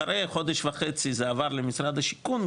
אחרי חודש וחצי זה עבר למשרד השיכון,